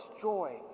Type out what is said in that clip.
joy